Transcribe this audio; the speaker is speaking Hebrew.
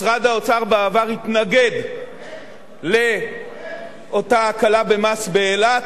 משרד האוצר בעבר התנגד לאותה הקלה במס באילת,